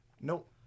Nope